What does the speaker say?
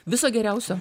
viso geriausio